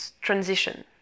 transition